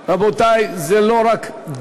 רבותי, זה לא רק דבש.